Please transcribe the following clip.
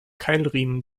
keilriemen